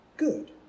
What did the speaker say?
Good